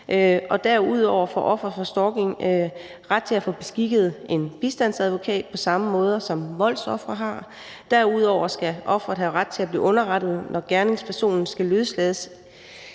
og derudover får ofre for stalking ret til at få beskikket en bistandsadvokat på samme måde, som voldsofre har. Derudover skal offeret have ret til at blive underrettet, når gerningspersonen skal løslades